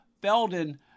Feldon